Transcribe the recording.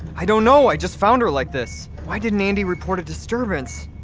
i don't know. i just found her like this why didn't andi report a disturbance?